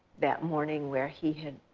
that morning where he had,